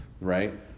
Right